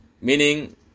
meaning